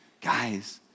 guys